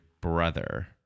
brother